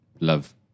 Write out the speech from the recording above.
Love